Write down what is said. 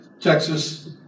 Texas